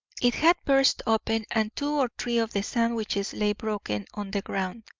it had burst open and two or three of the sandwiches lay broken on the ground.